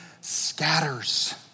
scatters